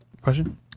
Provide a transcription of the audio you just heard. Question